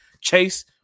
Chase